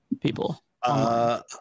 people